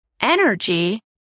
energy